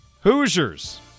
Hoosiers